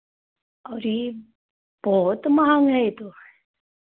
अरे बहुत महँगा है ये तो